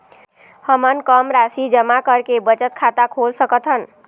हमन कम राशि जमा करके बचत खाता खोल सकथन?